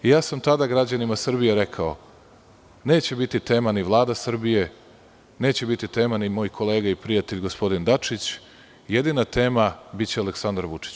Ja sam tada građanima Srbije rekao – neke biti tema ni Vlada Srbije, neće biti tema ni moj kolega i prijatelj, gospodin Dačić, jedina tema biće Aleksandar Vučić.